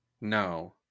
no